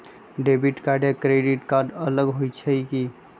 Debit card या credit card अलग होईछ ई?